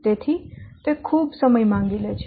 તેથી તે ખૂબ સમય માંગી લે છે